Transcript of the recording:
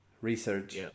research